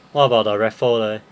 what about the raffle leh